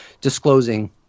disclosing